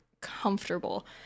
comfortable